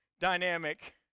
dynamic